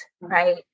right